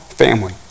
family